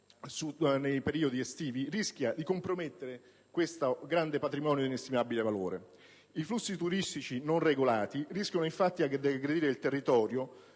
nei periodi estivi rischia di compromettere questo grande patrimonio di inestimabile valore. I flussi turistici non regolati rischiano, infatti, di aggredire il territorio